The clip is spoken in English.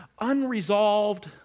unresolved